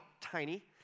tiny